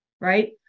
right